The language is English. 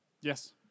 Yes